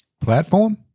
Platform